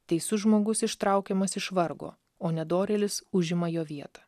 teisus žmogus ištraukiamas iš vargo o nedorėlis užima jo vietą